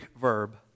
verb